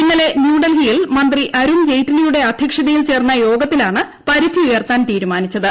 ഇന്നലെ ന്യൂഡൽഹിയിൽ മന്ത്രി അരുൺ ജെയ്റ്റിലിയുടെ അധ്യക്ഷതയിൽ ചേർന്ന യോഗത്തിലൂാണ് പരിധി ഉയർത്താൻ തീരുമാനിച്ചത്